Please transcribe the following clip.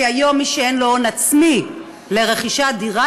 כי היום מי שאין לו הון עצמי לרכישת דירה